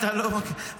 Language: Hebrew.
לא שר תורן, אבל מקשיב.